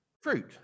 fruit